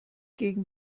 gegen